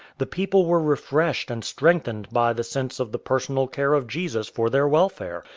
the people were refreshed and strengthened by the sense of the personal care of jesus for their welfare,